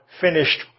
finished